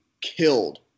killed